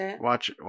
watch